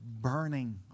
burning